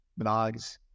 blogs